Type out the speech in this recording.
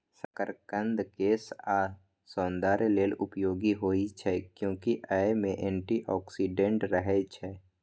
शकरकंद केश आ सौंदर्य लेल उपयोगी होइ छै, कियैकि अय मे एंटी ऑक्सीडेंट रहै छै